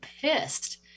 pissed